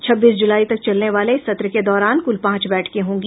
छब्बीस जुलाई तक चलने वाले इस सत्र के दौरान कुल पांच बैठकें होंगी